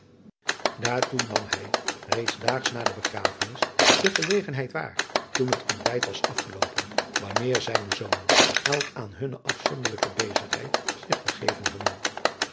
daartoe nam hij reeds daags na de begrafenis de gelegenheid waar toen het ontbijt was afgeloopen wanneer zijne zonen elk aan bunne afzonderlijke bezigheid zich begeven hadden